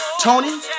Tony